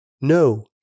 No